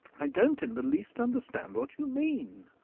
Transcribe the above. i don't in the least understand what you mean.